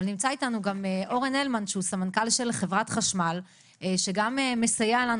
אבל נמצא איתנו גם אורן הלמן שהוא סמנכ"ל של חברת חשמל שגם מסייע לנו,